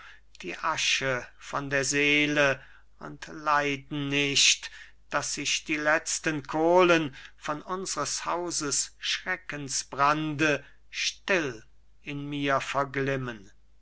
die asche von der seele und leiden nicht daß sich die letzten kohlen von unsers hauses schreckensbrande still in mir verglimmen